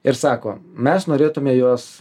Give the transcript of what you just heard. ir sako mes norėtume juos